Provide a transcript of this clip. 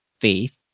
faith